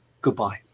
goodbye